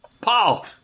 Paul